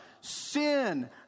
sin